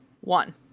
One